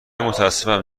متاسفم